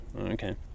Okay